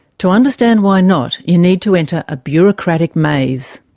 to understand why not, you need to enter a bureaucratic maze.